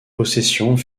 possessions